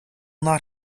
not